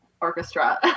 orchestra